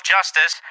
Justice